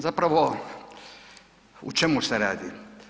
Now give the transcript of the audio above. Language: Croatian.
Zapravo o čemu se radi?